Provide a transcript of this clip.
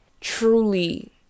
truly